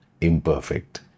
imperfect